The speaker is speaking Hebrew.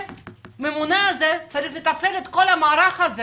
הממונה הזה צריך לתפעל את כל המערך הזה